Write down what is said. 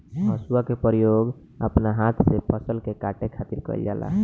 हसुआ के प्रयोग अपना हाथ से फसल के काटे खातिर कईल जाला